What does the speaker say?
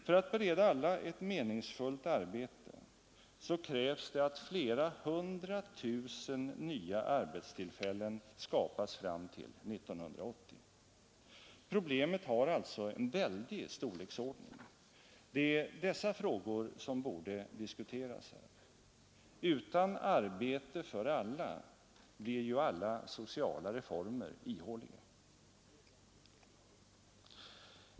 För att bereda alla ett meningsfullt arbete krävs det att flera hundratusen nya arbetstillfällen skapas fram till 1980. Problemet har alltså en väldig storleksordning. Det är dessa frågor som borde diskuteras här. Utan arbete för alla blir ju alla sociala reformer ihåliga.